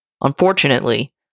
Unfortunately